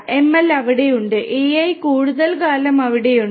ML അവിടെയുണ്ട് AI കൂടുതൽ കാലം അവിടെയുണ്ട്